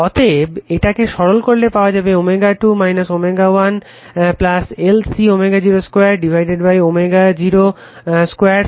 অতএব এটাকে সরল করলে পাওয়া যাবে ω2 ω 1 1 LC ω0 2 ω0 2 C